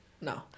No